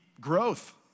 growth